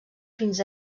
fins